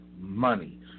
money